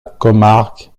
comarque